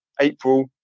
April